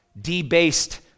debased